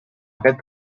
aquest